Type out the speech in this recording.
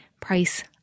price